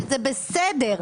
שזה בסדר,